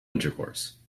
intercourse